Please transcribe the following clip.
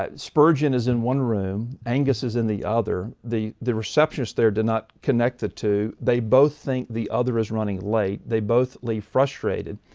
ah spurgeon is in one room, angus is in the other. the the receptionist there did not connect the two. they both think the other is running late. they both leave frustrated,